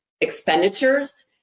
expenditures